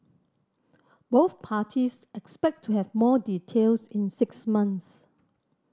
both parties expect to have more details in six months